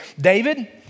David